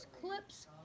clips